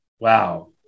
Wow